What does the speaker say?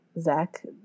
Zach